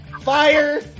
Fire